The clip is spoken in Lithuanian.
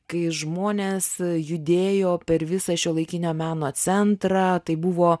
kai žmonės judėjo per visą šiuolaikinio meno centrą tai buvo